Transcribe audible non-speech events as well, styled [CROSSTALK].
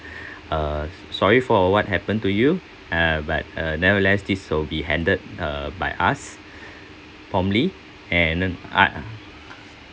[BREATH] uh sorry for what happened to you uh but uh never less this will be handed uh by us promptly and ah